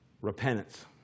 repentance